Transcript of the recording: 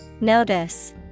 Notice